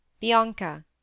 Bianca